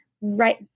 right –